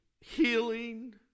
healing